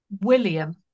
William